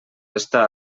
estar